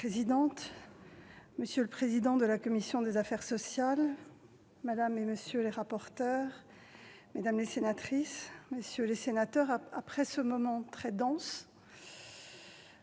monsieur le président de la commission des affaires sociales, madame, monsieur les rapporteurs, mesdames les sénatrices, messieurs les sénateurs, après ce moment très dense,